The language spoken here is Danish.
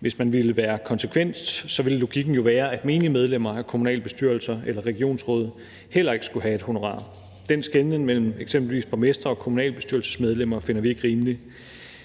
Hvis man ville være konsekvent, ville logikken jo være, at menige medlemmer af kommunalbestyrelser eller regionsråd heller ikke skulle have et honorar. Den skelnen mellem eksempelvis borgmestre og kommunalbestyrelsesmedlemmer finder vi ikke rimelig.